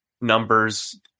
numbers